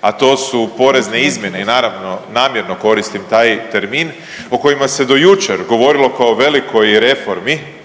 a to su porezne izmjene i naravno namjerno koristim taj termin o kojima se do jučer govorilo kao o velikoj reformi,